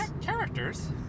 Characters